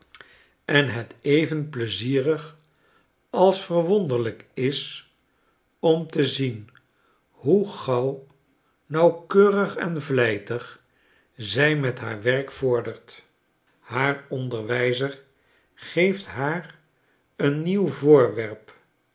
en het even pleizierig als verwonderlijk is om te zien hoe gauw nauwkeurig en vlijtig zij met haar werk vordert haar onderwijzer geeft haar een nieuw voorwerp